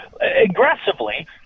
aggressively